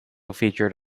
featured